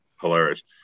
hilarious